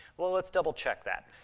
well, let's double-check that.